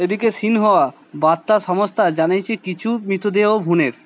এদিকে শিনহোয়া বার্তা সংস্থা জানিয়েছে কিছু মৃতদেহ ভ্রূণের